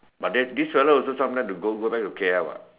but then this fella also sometime to go back to K L what